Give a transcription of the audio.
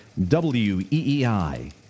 WEEI